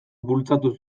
bultzatu